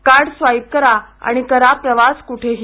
card swipe करा आणि करा प्रवास कुठेही